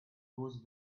goes